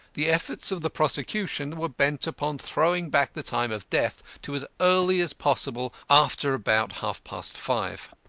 the efforts of the prosecution were bent upon throwing back the time of death to as early as possible after about half-past five.